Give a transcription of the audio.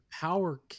power